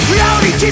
Reality